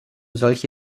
solche